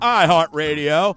iHeartRadio